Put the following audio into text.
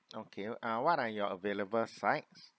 okay uh what are your available sides